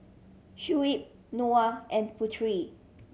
Shuib Noah and Putri